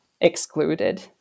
excluded